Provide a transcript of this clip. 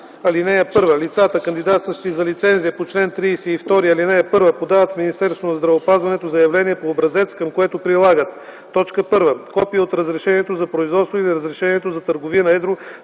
32a. (1) Лицата, кандидатстващи за лицензия по чл. 32, ал. 1, подават в Министерството на здравеопазването заявление по образец, към което прилагат: 1. копие от разрешението за производство или разрешението за търговия на едро